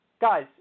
Guys